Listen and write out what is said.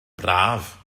braf